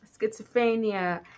schizophrenia